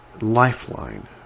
lifeline